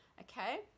okay